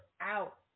out